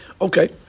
Okay